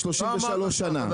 אני 33 שנה,